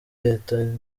leta